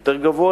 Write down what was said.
יותר גבוה,